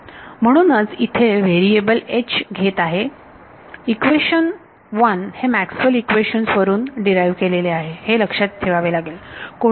म्हणूनच इथे चल H घेत आहे इक्वेशन 1 हे मॅक्सवेल इक्वेशनMaxwell's equations वरून डीराईव्ह केलेले आहे हे लक्षात ठेवावे लागेल